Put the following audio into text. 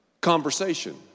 conversation